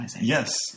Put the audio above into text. Yes